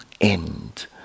end